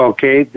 Okay